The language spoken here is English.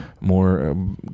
more